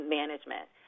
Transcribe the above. management